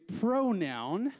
pronoun